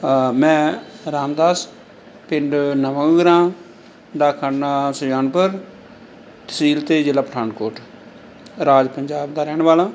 ਮੈਂ ਰਾਮਦਾਸ ਪਿੰਡ ਨਵਾਂ ਗਰਾਮ ਡਾਕਖਾਨਾ ਸੁਜਾਨਪੁਰ ਤਹਿਸੀਲ ਅਤੇ ਜ਼ਿਲ੍ਹਾ ਪਠਾਨਕੋਟ ਰਾਜ ਪੰਜਾਬ ਦਾ ਰਹਿਣ ਵਾਲਾ